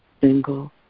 single